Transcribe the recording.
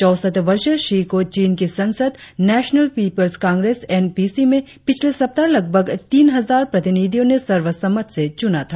चौसठ वर्षीय षी को चीन की संसद नेशनल पीपल्स कांग्रेस एनपीसी में पिछले सप्ताह लगभग तीन हजार प्रतिनिधियों ने सर्वसम्मत से चुना था